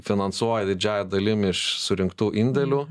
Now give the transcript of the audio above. finansuoja didžiąja dalim iš surinktų indėlių